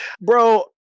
Bro